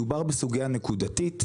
מדובר בסוגיה נקודתית,